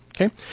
Okay